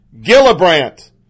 Gillibrand